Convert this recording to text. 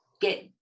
get